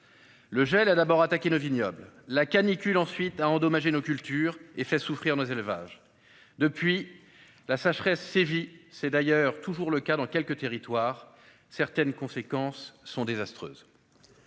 Le gel a tout d'abord attaqué le vignoble. La canicule, ensuite, a endommagé nos cultures et fait souffrir nos élevages. Depuis lors, la sécheresse a sévi- c'est d'ailleurs toujours le cas dans quelques territoires -, et certaines de ses conséquences sont désastreuses.